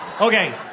Okay